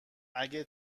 اگه